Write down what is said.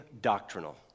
doctrinal